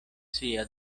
sia